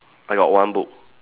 I got one book